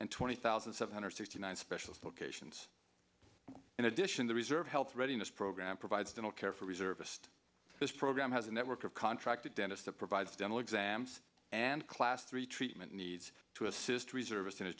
and twenty thousand seven hundred sixty nine special locations in addition the reserve health readiness program provides dental care for reservist this program has a network of contracted dentists that provides dental exams and class three treatment needs to assist reserv